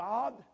God